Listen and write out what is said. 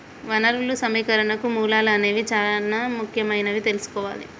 వనరులు సమీకరణకు మూలాలు అనేవి చానా ముఖ్యమైనవని తెల్సుకోవాలి